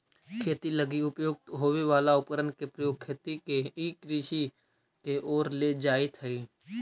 खेती लगी उपयुक्त होवे वाला उपकरण के प्रयोग खेती के ई कृषि के ओर ले जाइत हइ